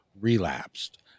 relapsed